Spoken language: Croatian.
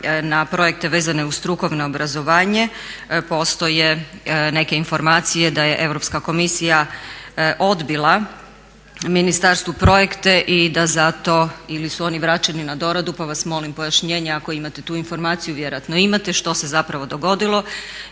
na projekte vezane uz strukovno obrazovanje. Postoje neke informacije da je Europska komisija odbila ministarstvu projekte i da zato ili su oni vraćeni na doradu, pa vas molim pojašnjenje ako imate tu informaciju, vjerojatno imate što se zapravo dogodilo.